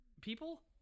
people